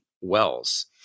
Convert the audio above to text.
wells